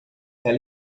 ela